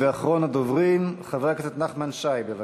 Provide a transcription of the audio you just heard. אחרון הדוברים, חבר הכנסת נחמן שי, בבקשה.